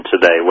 today